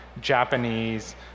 Japanese